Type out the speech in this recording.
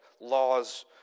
laws